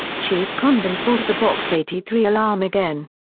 chief condon pulled the box eighty three alarm again.